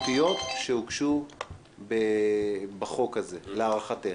המהותיות שהוגשו בחוק הזה, להערכתך?